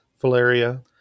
Valeria